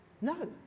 No